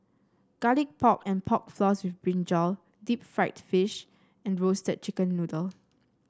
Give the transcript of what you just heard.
Garlic Pork and Pork Floss with brinjal Deep Fried Fish and Roasted Chicken Noodle